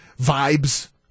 vibes